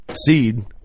seed